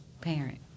parent